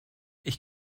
ich